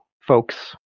folks